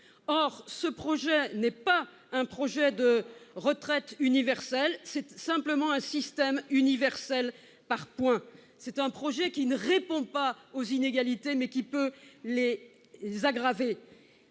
... Ce projet n'est pas un projet de retraite universel. C'est simplement un système universel par points. C'est un projet qui ne répond pas aux inégalités. Pis, il peut les aggraver